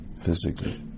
physically